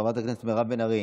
חברת הכנסת מירב בן ארי